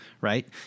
right